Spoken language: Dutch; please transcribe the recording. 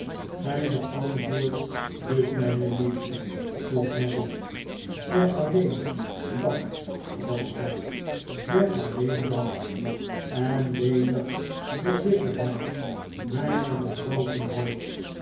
gij beantwoordt dus mijne liefde vroeg harry zeg alleen dat rosa zeg alleen dat en lenig de bitterheid mijmer bedrogene hoop